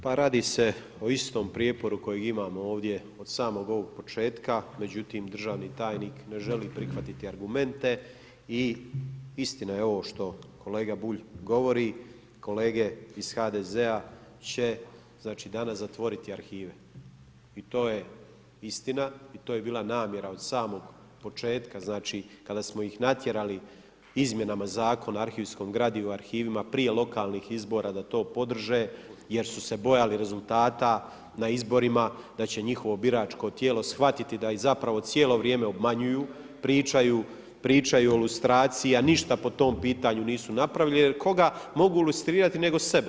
Pa radi se o istom prijeporu kojeg imamo ovdje od samog ovog početka, međutim državni tajnik ne želi prihvatiti argumente i istina je ovo što kolega Bulj govori, kolege iz HDZ-a će znači danas zatvoriti arhive i to je istine, to je bila namjera od samog početka znači kada smo ih natjerali izmjenama Zakona o arhivskom gradivu i arhivima prije lokalnih izbora da to podrže jer su se bojali rezultata na izborima da će njihovo biračko tijelo shvatiti da ih zapravo cijelo vrijeme obmanjuju, pričaju o ilustraciji, a ništa po tom pitanju nisu napravili jer koga mogu ilustrirati nego sebe?